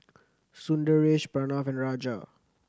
Sundaresh Pranav and Raja